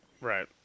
Right